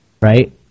Right